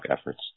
efforts